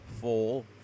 fall